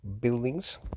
buildings